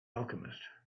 alchemist